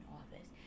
office